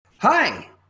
Hi